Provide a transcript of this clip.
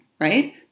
right